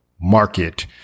market